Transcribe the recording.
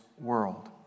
world